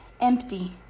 empty